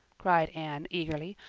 cried anne eagerly.